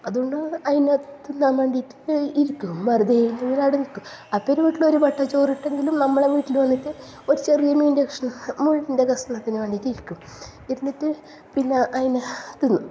അതുകൊണ്ട് അതിനെ തിന്നുക വേണ്ടിയിട്ട് ഇരിക്കും വെറുതെ ഇങ്ങനെ അവിടെ നിൽക്കും അപ്പോൾ ഒരു വീട്ടിൽ ഒരു വട്ടം ചോറ് കിട്ടുമെങ്കിലും നമ്മളെ വീട്ടിൽ വന്നിട്ട് ഒരു ചെറിയ മീനിൻ്റെ കഷ്ണം മുള്ളിൻ്റെ കഷ്ണത്തിന് വേണ്ടിട്ട് ഇരിക്കും ഇരുന്നിട്ട് പിന്നെ അതിനെ തിന്നും